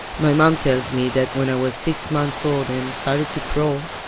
my mom tells me that when i was six months old and started to crawl,